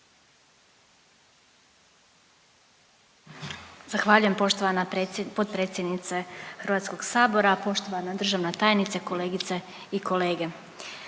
Zahvaljujem poštovana potpredsjednice Hrvatskog sabora, poštovana državna tajnice, kolegice i kolege.